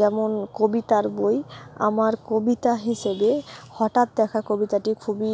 যেমন কবিতার বই আমার কবিতা হিসেবে হঠাৎ দেখা কবিতাটি খুবই